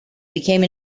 became